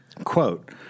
Quote